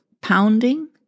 pounding